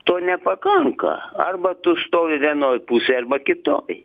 to nepakanka arba tu stovi vienoj pusėj arba kitoj